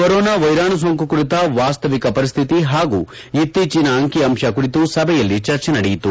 corona ವೈರಾಣು ಸೋಂಕು ಕುರಿತ ವಾಸ್ತವಿಕ ಪರಿಸ್ಥಿತಿ ಹಾಗೂ ಇತ್ತೀಚಿನ ಅಂಕಿ ಅಂಶ ಕುರಿತು ಸಭೆಯಲ್ಲಿ ಚರ್ಚೆ ನಡೆಯಿತು